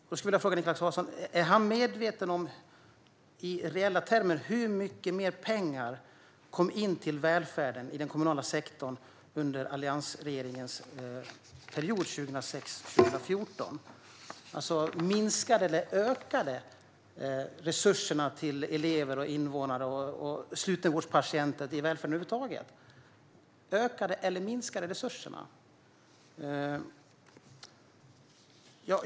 Jag skulle vilja fråga Niklas Karlsson: Är Niklas Karlsson medveten om hur mycket mer pengar i reella termer som kom in till välfärden i den kommunala sektorn under alliansregeringens period, 2006-2014? Minskade eller ökade resurserna till elever, invånare och slutenvårdspatienter - till välfärden över huvud taget? Ökade eller minskade resurserna?